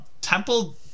Temple